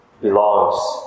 belongs